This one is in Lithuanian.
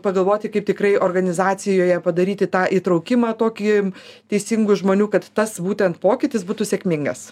pagalvoti kaip tikrai organizacijoje padaryti tą įtraukimą tokį teisingų žmonių kad tas būtent pokytis būtų sėkmingas